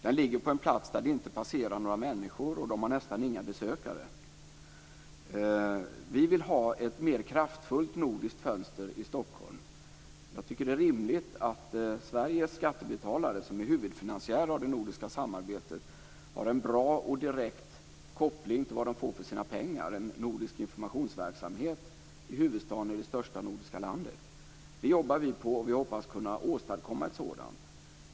Den ligger på en plats där det inte passerar några människor, och den har nästan inga besökare. Vi vill ha ett mer kraftfullt nordiskt fönster i Stockholm. Jag tycker att det är rimligt att Sveriges skattebetalare, som är huvudfinansiärer av det nordiska samarbetet, har en bra och direkt koppling till vad de får för sina pengar - en nordisk informationsverksamhet i huvudstaden i det största nordiska landet. Det jobbar vi på, och vi hoppas kunna åstadkomma ett sådant.